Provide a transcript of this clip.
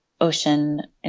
ocean